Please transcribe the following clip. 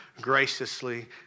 graciously